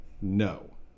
No